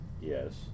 Yes